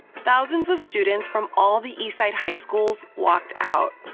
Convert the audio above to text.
thousands of students from all the eastside high schools walked out.